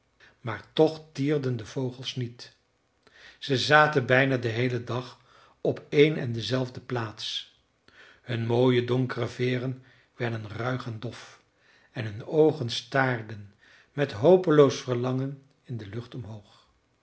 maar toch tierden de vogels niet ze zaten bijna den heelen dag op een en dezelfde plaats hun mooie donkere veeren werden ruig en dof en hun oogen staarden met hopeloos verlangen in de lucht omhoog